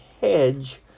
hedge